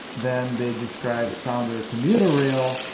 then, they describe sounder commuter rail